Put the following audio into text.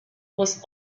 was